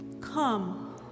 come